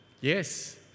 Yes